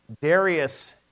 darius